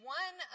one